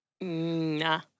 Nah